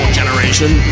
generation